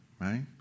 right